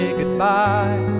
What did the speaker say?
goodbye